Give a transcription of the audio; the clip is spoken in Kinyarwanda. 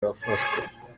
yafashwe